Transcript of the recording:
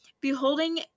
beholding